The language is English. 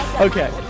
Okay